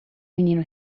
menino